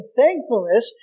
thankfulness